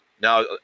Now